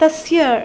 तस्य